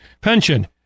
pension